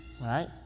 right